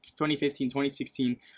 2015-2016